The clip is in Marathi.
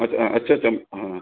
अच्छा अच्छा अच्छा